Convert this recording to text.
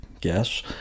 guess